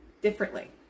differently